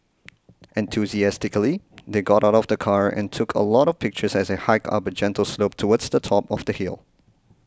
enthusiastically they got out of the car and took a lot of pictures as they hiked up a gentle slope towards the top of the hill